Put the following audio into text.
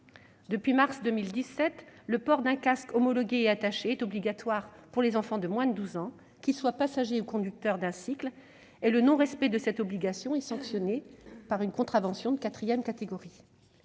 Depuis mars 2017, le port d'un casque homologué et attaché est obligatoire pour les enfants de moins de 12 ans, qu'ils soient passagers ou conducteurs d'un cycle, et le non-respect de cette obligation est sanctionné par une contravention de quatrième catégorie.